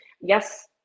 Yes